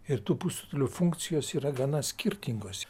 ir tų pusrutulių funkcijos yra gana skirtingos